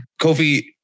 Kofi